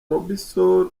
mobisol